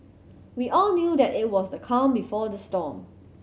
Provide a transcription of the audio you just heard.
we all knew that it was the calm before the storm